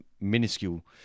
minuscule